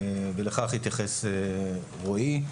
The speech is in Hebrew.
ולכך התייחס רועי.